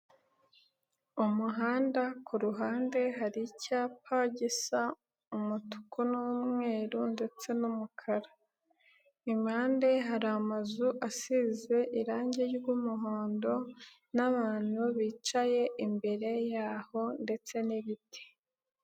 Umuhanda ku ruhande hari icyapa gisa umutuku n'umweru ndetse n'umukara, impande hari amazu asize irangi ry'umuhondo n'abantu bicaye imbere yaho ndetse n'ibiti.